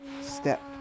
Step